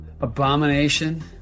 Abomination